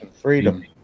Freedom